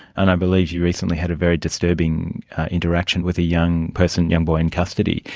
and i believe you recently had a very disturbing interaction with a young person, young boy in custody.